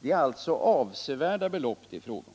Det är alltså avsevärda belopp det är fråga om.